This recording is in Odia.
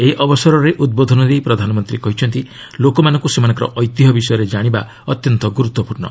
ଏହି ଅବସରରେ ଉଦ୍ବୋଧନ ଦେଇ ପ୍ରଧାନମନ୍ତ୍ରୀ କହିଛନ୍ତି ଲୋକମାନଙ୍କୁ ସେମାନଙ୍କର ଐତିହ୍ୟ ବିଷୟରେ ଜାଣିବା ଅତ୍ୟନ୍ତ ଗୁରୁତ୍ୱପୂର୍ଷ